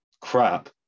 crap